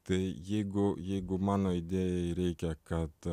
tai jeigu jeigu mano idėjai reikia kad